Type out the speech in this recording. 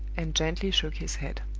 and gently shook his head.